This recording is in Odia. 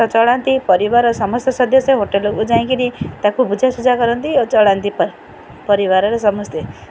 ଚଳାନ୍ତି ପରିବାର ସମସ୍ତ ସଦସ୍ୟ ହୋଟେଲ୍କୁ ଯାଇକିରି ତା'କୁ ବୁଝାସୁଝା କରନ୍ତି ଓ ଚଳାନ୍ତି ପରିବାରରେ ସମସ୍ତେ